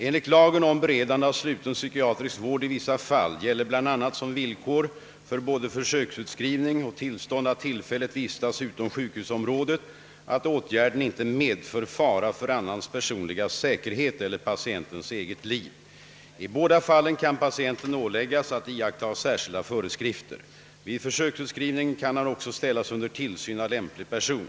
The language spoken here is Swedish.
Enligt lagen om beredande av sluten psykiatrisk vård i vissa fall gäller bl.a. som villkor för både försöksutskrivning och tillstånd att tillfälligt vistas utom sjukhusområdet att åtgärden inte medför fara för annans personliga säkerhet eller patientens eget liv. I båda fallen kan patienten åläggas att iaktta särskilda föreskrifter. Vid försöksutskrivning kan han också ställas under tillsyn av lämplig person.